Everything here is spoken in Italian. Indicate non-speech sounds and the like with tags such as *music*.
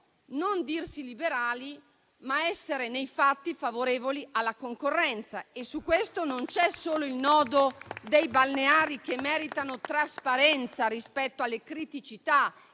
non dirsi liberali, ma essere nei fatti favorevoli alla concorrenza. *applause* Su questo non c'è solo il nodo dei balneari, che meritano trasparenza rispetto alle criticità